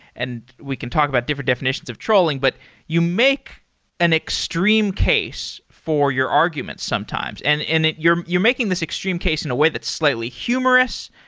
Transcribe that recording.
and we can talk about different definitions of trolling, but you make an extreme case for your argument sometimes. and and you're making this extreme case in a way that's slightly humorous.